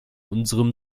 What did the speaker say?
unserem